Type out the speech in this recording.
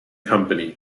company